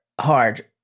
hard